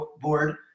board